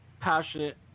passionate